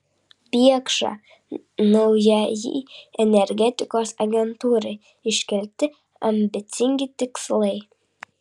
biekša naujajai energetikos agentūrai iškelti ambicingi tikslai